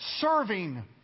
serving